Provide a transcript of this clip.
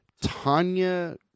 Tanya